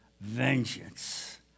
Vengeance